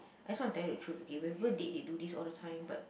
I just want to tell you the truth okay when people date they do this all the time but